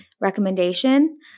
recommendation